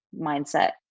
mindset